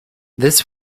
this